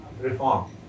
reform